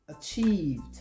achieved